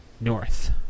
north